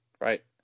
right